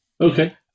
Okay